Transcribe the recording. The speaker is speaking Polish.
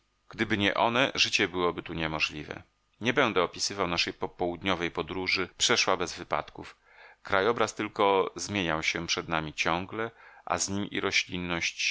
gdyby nie one życie byłoby tu niemożliwe nie będę opisywał naszej popołudniowej podróży przeszła bez wypadków krajobraz tylko zmieniał się przed nami ciągle a z nim i roślinność